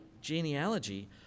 genealogy